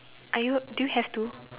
are you do you have to